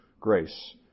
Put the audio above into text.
grace